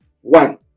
one